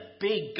big